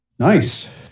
Nice